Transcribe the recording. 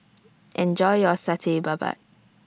Enjoy your Satay Babat